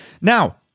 Now